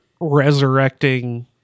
resurrecting